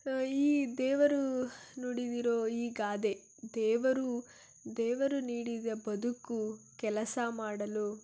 ಈ ದೇವರು ನುಡಿದಿರೋ ಈ ಗಾದೆ ದೇವರು ದೇವರು ನೀಡಿದ ಬದುಕು ಕೆಲಸ ಮಾಡಲು